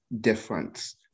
difference